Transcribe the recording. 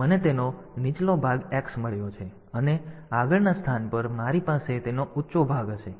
મને તેનો નીચલો ભાગ X મળ્યો છે અને આગળના સ્થાન પર મારી પાસે તેનો ઊંચો ભાગ હશે